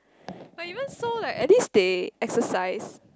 but even so like at least they exercise